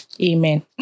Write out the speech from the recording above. Amen